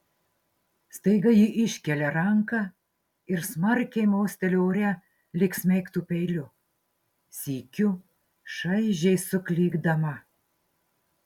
staiga ji iškelia ranką ir smarkiai mosteli ore lyg smeigtų peiliu sykiu šaižiai suklykdama